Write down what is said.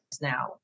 now